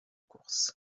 course